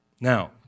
Now